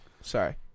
Sorry